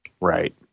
right